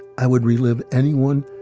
i would relive any one